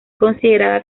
considerada